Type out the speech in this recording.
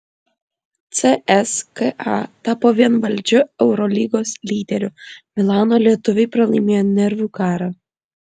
cska tapo vienvaldžiu eurolygos lyderiu milano lietuviai pralaimėjo nervų karą